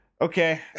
Okay